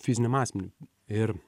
fiziniam asmeniui ir